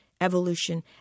evolution